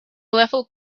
level